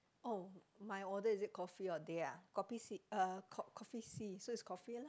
oh my order is it coffee or teh ah kopi C uh co~ coffee C so is coffee lah